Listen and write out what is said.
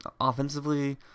offensively